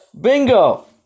Bingo